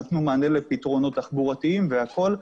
נתנו מענה לפתרונות תחבורתיים וכולי,